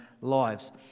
lives